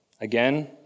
Again